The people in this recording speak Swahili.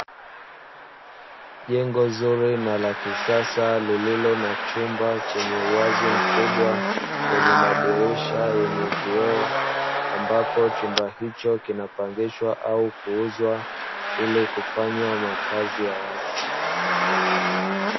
Jengo zuri na la kisasa lililo na chumba chenye uwazi mkubwa, wenye madirisha yenye vioo, ambapo chumba hicho kinapangishwa au kuuzwa ili kufanywa makazi ya watu.